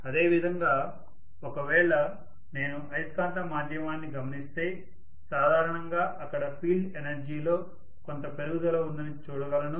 అదేవిధంగా ఒకవేళ నేను అయస్కాంత మాధ్యమాన్ని గమనిస్తే సాధారణంగా అక్కడ ఫీల్డ్ ఎనర్జీ లో కొంత పెరుగుదల ఉందని చూడగలను